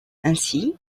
ainsi